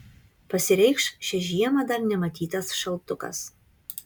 pasireikš šią žiemą dar nematytas šaltukas